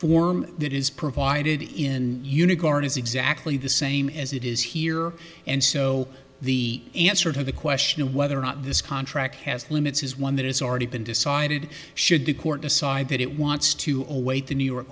form that is provided in unicorn is exactly the same as it is here and so the answer to the question of whether or not this contract has limits is one that has already been decided should the court decide that it wants to await the new york